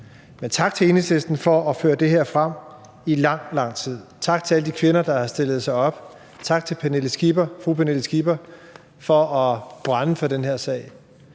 Så tak til Enhedslisten for at have førr det her frem i lang, lang tid. Tak til alle de kvinder, der har stillet sig op. Tak til fru Pernille Skipper for at brænde for den her sag.